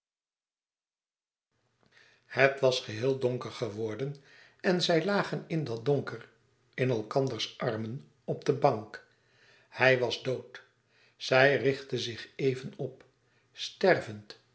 het was geheel donker geworden en zij lagen in dat donker in elkanders armen op de bank hij was dood zij richtte zich even op stervend